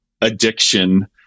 addiction